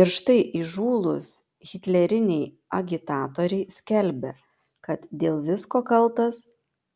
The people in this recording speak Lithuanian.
ir štai įžūlūs hitleriniai agitatoriai skelbia kad dėl visko kaltas